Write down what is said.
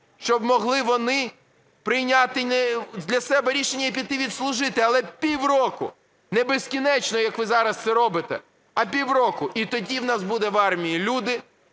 щоб могли вони прийняти для себе рішення і піти відслужити. Але пів року, не безкінечно, як ви зараз це робите, а пів року. І тоді у нас будуть в армії люди,